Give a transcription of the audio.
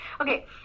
Okay